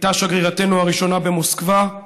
הייתה שגרירתנו הראשונה במוסקבה,